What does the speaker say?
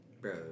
Bro